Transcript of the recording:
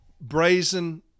brazen